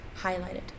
highlighted